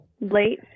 late